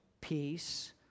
peace